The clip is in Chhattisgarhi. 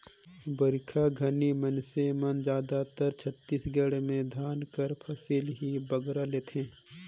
बरिखा घनी मइनसे मन जादातर छत्तीसगढ़ में धान कर ही फसिल बगरा लेथें